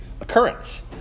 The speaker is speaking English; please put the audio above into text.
occurrence